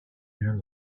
their